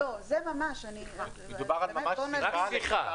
זה למעשה הוספת תוספת שישית לחוק,